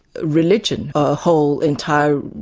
religion, a whole, entire,